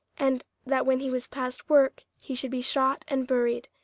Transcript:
and that when he was past work he should be shot and buried.